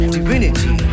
divinity